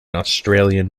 australian